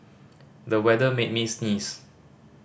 the weather made me sneeze